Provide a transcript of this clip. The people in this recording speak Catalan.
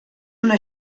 una